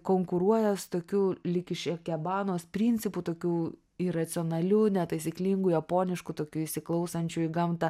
konkuruoja su tokiu lyg iš ekebanos principu tokių iracionaliu netaisyklingu japonišku tokiu įsiklausančiu į gamtą